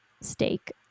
steak